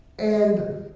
and,